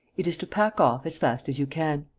it is to pack off as fast as you can.